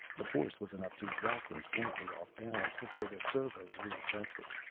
the force was enough to rock him slightly off-balance before the servos readjusted.